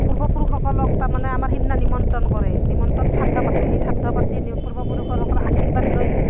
পূৰ্ব পুৰুষসকলক তাৰমানে আমাৰ সিদিনা নিমন্ত্ৰণ কৰে নিমন্ত্ৰণ শ্ৰাদ্ধ পাতে সেই শ্ৰাদ্ধ পাতি পূৰ্ব পুৰুষসক সকলৰ আশীৰ্বাদ লৈ